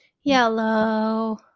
yellow